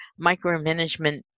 micromanagement